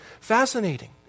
fascinating